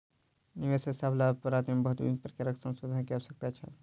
निवेश सॅ लाभ प्राप्ति में बहुत विभिन्न प्रकारक संशोधन के आवश्यकता छल